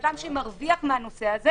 האדם שמרוויח מהנושא הזה